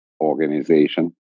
organization